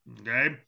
Okay